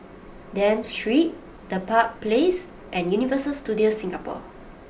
Dafne Street Dedap Place and Universal Studios Singapore